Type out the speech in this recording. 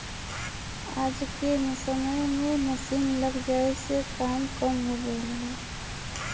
आज के समय में मसीन लग जाये से काम कम हो गयल हौ